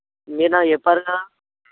మీరు నాకు చెప్పరుగా